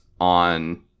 on